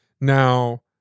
Now